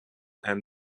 and